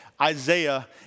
Isaiah